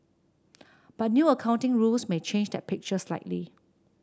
but new accounting rules may change that picture slightly